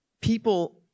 people